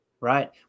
right